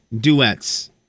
duets